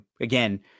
again